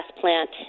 plant